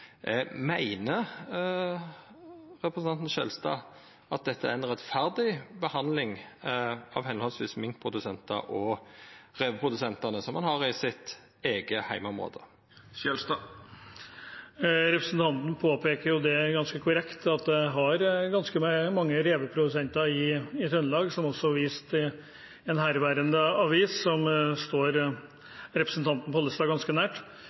Meiner representanten Skjelstad at dette er ei rettferdig behandling av høvesvis minkprodusentar og reveprodusentar, som han har i sitt eige heimeområde? Representanten påpeker ganske korrekt at en har ganske mange reveprodusenter i Trøndelag, som det også er vist til i en herværende avis som står representanten Pollestad ganske